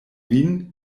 vin